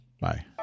Bye